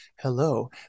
hello